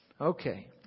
Okay